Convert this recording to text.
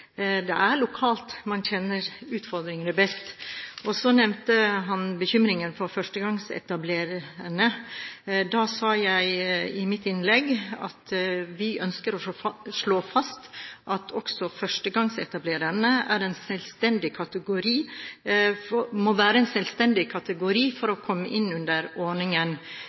Det er lokalt man kjenner utfordringene best. Så nevnte han bekymringen for førstegangsetablererne. Jeg sa i mitt innlegg at vi ønsker å slå fast at også førstegangsetablererne må være en selvstendig kategori for å komme inn under ordningen.